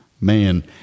man